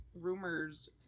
rumors